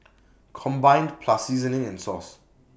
combined plus seasoning and sauce